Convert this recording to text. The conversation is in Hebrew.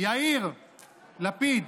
יאיר לפיד,